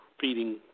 feeding